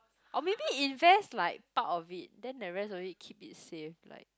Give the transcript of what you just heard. or maybe invest like part of it then the rest of it keep it safe like